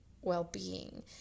well-being